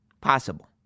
Possible